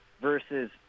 versus